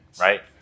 right